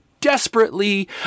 desperately